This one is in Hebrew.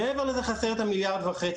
מעבר לזה חסר את ה-1.5 מיליארד שקל.